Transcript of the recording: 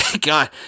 God